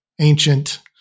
ancient